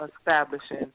establishing